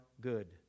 good